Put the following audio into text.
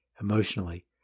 emotionally